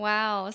Wow